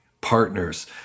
partners